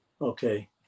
Okay